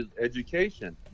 education